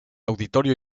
auditorio